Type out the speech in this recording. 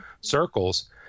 circles